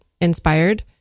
inspired